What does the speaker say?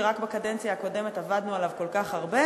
שרק בקדנציה הקודמת עבדנו עליו כל כך הרבה